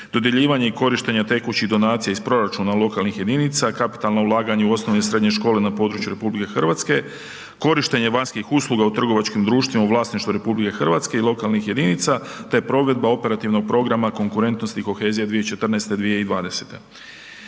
dodjeljivanje i korištenje tekućih donacija iz proračuna lokalnih jedinca, kapitalno ulaganje u osnovno i srednje škole na području RH, korištenje vanjskih usluga u trgovačkih društvima u vlasništvu RH i lokalnih jedinica, te provedba operativnog provedba, konkurentnosti kohezija 2014.-2020.